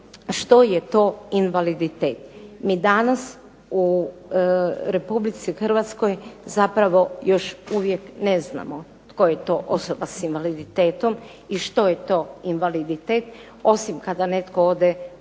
što je to invaliditet. Mi danas u Republici Hrvatskoj zapravo još uvijek ne znamo tko je to osoba s invaliditetom i što je to invaliditet osim kada netko ode u